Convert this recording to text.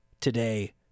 today